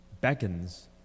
beckons